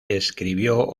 escribió